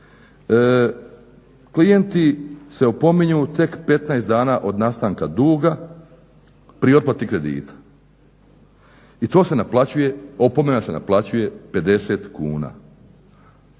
"Klijenti se opominju tek 15 dana od nastanka duga pri otplati kredite. Opomena se naplaćuje 50 kuna.